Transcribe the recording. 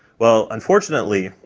well, unfortunately,